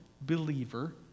believer